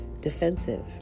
defensive